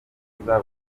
vuba